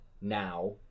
now